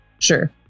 sure